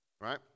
right